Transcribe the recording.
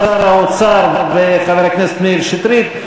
התשע"ג 2013,